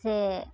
ᱥᱮ